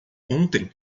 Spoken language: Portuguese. ontem